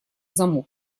замок